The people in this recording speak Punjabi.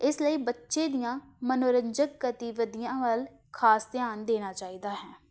ਇਸ ਲਈ ਬੱਚੇ ਦੀਆਂ ਮੰਨੋਰੰਜਕ ਗਤੀਵਿਧੀਆਂ ਵੱਲ ਖ਼ਾਸ ਧਿਆਨ ਦੇਣਾ ਚਾਹੀਦਾ ਹੈ